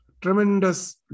tremendous